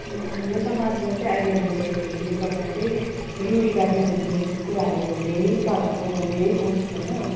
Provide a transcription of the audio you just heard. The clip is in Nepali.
हाम्रो समाजमा चाहिँ अहिले हामीले अब हेर्नुपर्दा चाहिँ रुढीवादी भन्ने कुराहरू धेरै प्र धेरै छन् होइन